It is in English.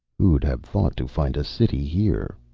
who'd have thought to find a city here?